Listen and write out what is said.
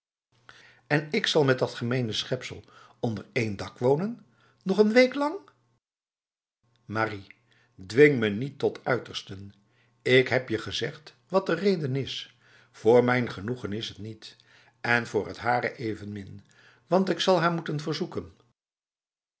en ik zal met dat gemene schepsel onder één dak wonen nog een week lang marie dwing me niet tot uitersten ik heb je gezegd wat de reden is voor mijn genoegen is het niet en voor het hare evenmin want ik zal haar moeten verzoeken